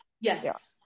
Yes